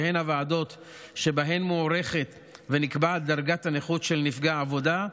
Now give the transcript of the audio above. שהן הוועדות שבהן מוערכת ונקבעת דרגת הנכות של נפגעי עבודה,